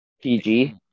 pg